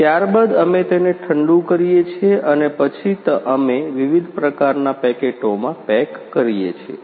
ત્યારબાદ અમે તેને ઠંડુ કરીએ છીએ અને પછી અમે વિવિધ પ્રકારના પેકેટોમાં પેક કરીએ છીએ